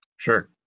sure